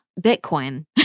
Bitcoin